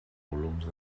volums